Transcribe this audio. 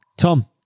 Tom